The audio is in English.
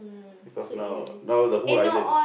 because now now the whole island